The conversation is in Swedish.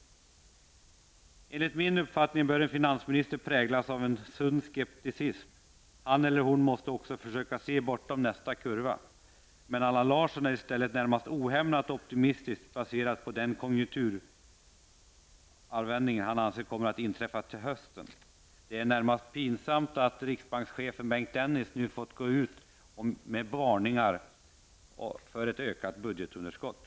Enligt min uppfattning bör en finansminister präglas av en sund skeptisism. Han eller hon måste också försöka se bortom nästa kurva. Men Allan Larsson är i stället närmast ohämmat optimistisk med anledning av den konjunkturvändning han anser kommer att inträffa till hösten. Det är närmast pinsamt att riksbankschefen Bengt Dennis nu fått gå ut med varningar för ett ökat budgetunderskott.